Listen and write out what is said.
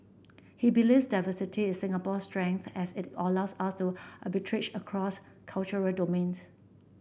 he believes diversity is Singapore's strength as it allows us to arbitrage across cultural domains